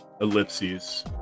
Ellipses